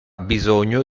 bisogno